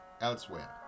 elsewhere